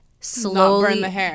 slowly